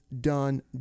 done